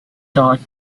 taught